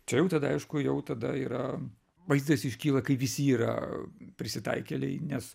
čia jau tada aišku jau tada yra vaizdas iškyla kai visi yra prisitaikėliai nes